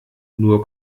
nur